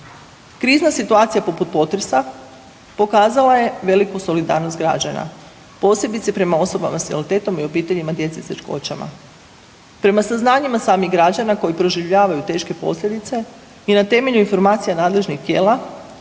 Krizna situacija poput potresa pokazala je veliku solidarnost građana posebice prema osobama s invaliditetom i obiteljima djece s teškoćama. Prema saznanjima samih građana koji proživljavaju teške posljedice i na temelju informacija nadležnih tijela